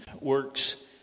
works